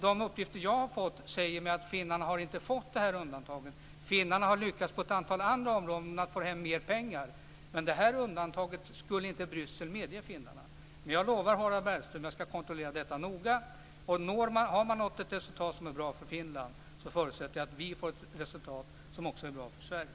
De uppgifter jag har fått säger mig att finnarna inte har fått dessa undantag. Finnarna har lyckats på ett antal andra områden att få hem mer pengar. Men det här undantaget skulle inte Bryssel medge finnarna. Jag lovar Harald Bergström att jag ska kontrollera detta noga. Har man nått ett resultat som är bra för Finland förutsätter jag att vi får ett resultat som också är bra för Sverige.